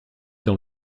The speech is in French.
dans